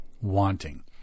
wanting